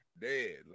Dead